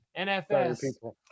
NFS